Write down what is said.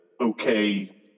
okay